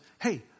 Hey